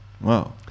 Wow